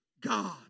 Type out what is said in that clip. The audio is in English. God